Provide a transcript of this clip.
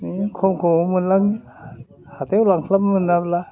बेनो खम खमावनो मोनलाङो हाथायाव लांस्लाबनो मोनाब्ला